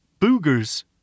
boogers